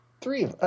three